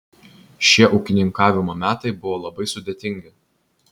šie ūkininkavimo metai buvo labai sudėtingi